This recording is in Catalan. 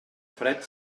fred